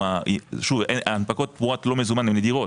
שוב הנפקות תמורת לא מזומן הן נדירות,